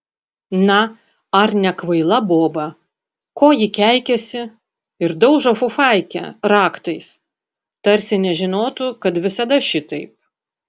na ar nekvaila boba ko ji keikiasi ir daužo fufaikę raktais tarsi nežinotų kad visada šitaip